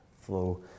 flow